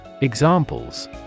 Examples